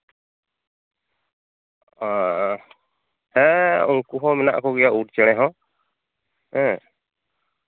ᱦᱮᱸ ᱩᱱᱠᱩ ᱦᱚᱸ ᱢᱮᱱᱟᱜ ᱠᱚᱜᱮᱭᱟ ᱩᱴ ᱪᱮᱬᱮ ᱦᱚᱸ ᱦᱮᱸ